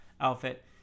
outfit